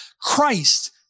Christ